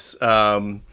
Yes